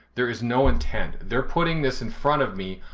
there is no intent. they're putting this in front of me,